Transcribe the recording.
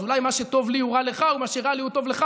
אז אולי מה שטוב לי הוא רע לך ומה שרע לי הוא טוב לך,